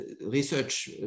research